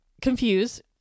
confused